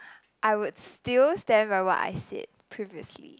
I would still stand by what I said previously